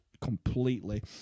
completely